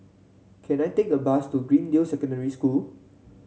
can I take a bus to Greendale Secondary School